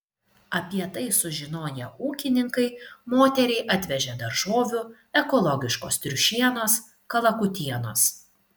apie tai sužinoję ūkininkai moteriai atvežė daržovių ekologiškos triušienos kalakutienos